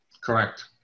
Correct